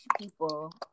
people